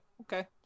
okay